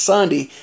Sunday